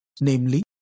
Namely